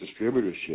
distributorship